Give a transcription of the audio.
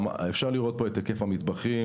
אפשר לראות פה את היקף המטבחים,